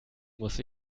muss